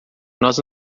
nós